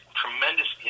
tremendous